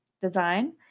design